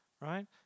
right